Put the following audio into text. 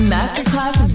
Masterclass